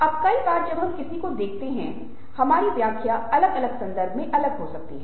अब कई बार जब हम किसी को देखते हैं हमारी व्याख्या अलगअलग सन्दर्भ मेंअलग हो सकती है